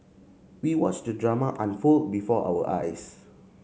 we watched the drama unfold before our eyes